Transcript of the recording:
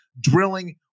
drilling